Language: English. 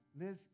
Liz